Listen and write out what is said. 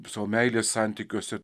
savo meilės santykiuose